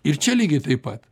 ir čia lygiai taip pat